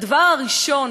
הדבר הראשון,